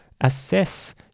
Assess